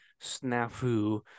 snafu